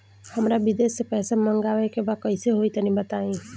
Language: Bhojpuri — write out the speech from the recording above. हमरा विदेश से पईसा मंगावे के बा कइसे होई तनि बताई?